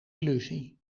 illusie